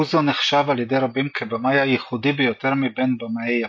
אוזו נחשב על ידי רבים כבמאי הייחודי ביותר מבין במאי יפן.